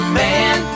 man